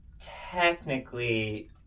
technically